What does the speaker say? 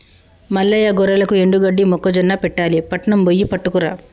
మల్లయ్య గొర్రెలకు ఎండుగడ్డి మొక్కజొన్న పెట్టాలి పట్నం బొయ్యి పట్టుకురా